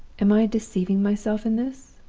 am i deceiving myself in this?